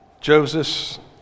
Joseph